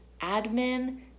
Admin